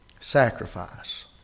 Sacrifice